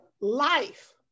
life